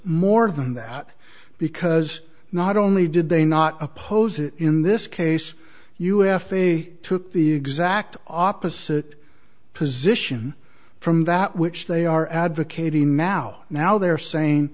more than that because not only did they not oppose it in this case u f a took the exact opposite position from that which they are advocating now now they're saying